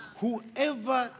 whoever